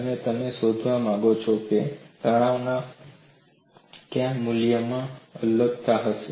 અને તમે શોધવા માંગો છો કે આ તણાવના કયા મૂલ્યમાં અલગતા હશે